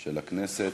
של הכנסת.